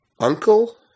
uncle